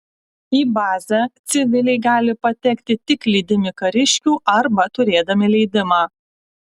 į bazę civiliai gali patekti tik lydimi kariškių arba turėdami leidimą